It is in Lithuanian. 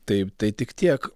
taip tai tik tiek